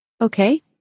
Okay